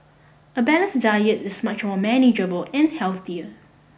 a balance diet is much more manageable and healthier